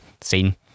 seen